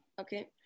Okay